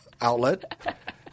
outlet